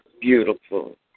Beautiful